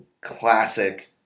classic